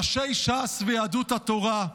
ראשי ש"ס ויהדות התורה,